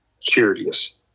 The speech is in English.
curious